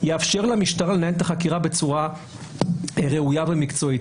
יאפשר למשטרה לנהל את החקירה בצורה ראויה ומקצועית.